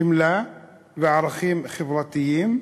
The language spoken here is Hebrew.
חמלה וערכים חברתיים,